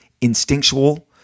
instinctual